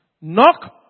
Knock